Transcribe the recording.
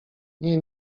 nie